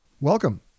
Welcome